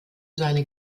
seine